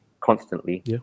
constantly